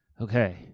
Okay